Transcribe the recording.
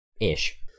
ish